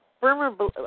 firmer